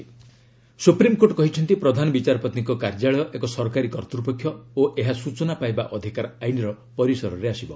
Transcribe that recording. SC RTI supreme court କହିଛନ୍ତି ପ୍ରଧାନ ବିଚାରପତିଙ୍କ କାର୍ଯ୍ୟାଳୟ ଏକ ସରକାରୀ କର୍ତ୍ତ୍ୱପକ୍ଷ ଓ ଏହା ସୂଚନା ପାଇବା ଅଧିକାର ଆଇନର ପରିସରରେ ଆସିବ